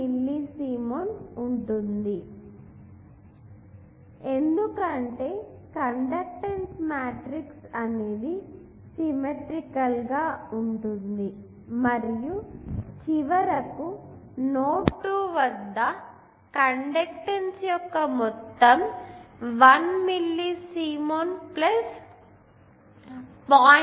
ఇది ఏ విధంగా ఉండాలో తెలుసు ఎందుకంటే కండెక్టన్స్ మాట్రిక్స్ అనేది సిమ్మెట్రికల్ మరియు చివరకు నోడ్ 2 వద్ద కండెక్టన్స్ యొక్క మొత్తం 1 మిల్లీ సీమెన్ 0